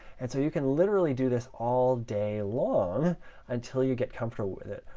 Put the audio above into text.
and so you can literally do this all day long until you get comfortable with it.